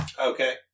Okay